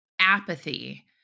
Apathy